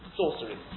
sorcery